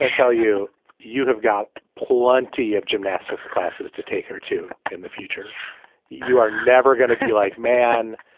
tell you you have got plenty of gymnastics classes to take her to in the future you are never gonna be like, man,